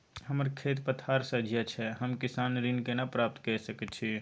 हमर खेत पथार सझिया छै हम किसान ऋण केना प्राप्त के सकै छी?